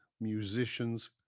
musicians